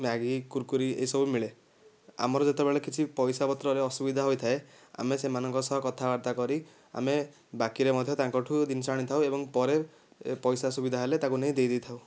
Maggi Kurkure ଏହିସବୁ ମିଳେ ଆମର ଯେତେବେଳେ କିଛି ପଇସା ପତ୍ରରେ ଅସୁବିଧା ହୋଇଥାଏ ଆମେ ସେମାନଙ୍କ ସହ କଥାବାର୍ତ୍ତା କରି ଆମେ ବାକିରେ ମଧ୍ୟ ତାଙ୍କଠୁ ଜିନିଷ ଆଣିଥାଉ ଏବଂ ପରେ ପଇସା ସୁବିଧା ହେଲେ ତାକୁ ନେଇ ଦେଇ ଦେଇଥାଉ